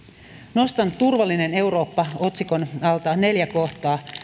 nostan turvallinen eurooppa otsikon alta neljä kohtaa